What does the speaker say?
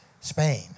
Spain